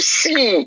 see